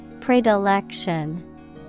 Predilection